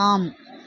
ஆம்